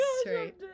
straight